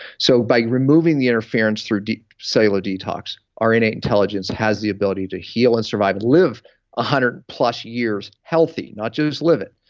so by removing the interference through cellular detox, our innate intelligence has the ability to heal and survive, live ah hundred plus years healthy, not just live it.